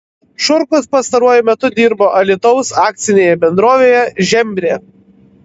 šurkus pastaruoju metu dirbo alytaus akcinėje bendrovėje žembrė